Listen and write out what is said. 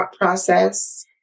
process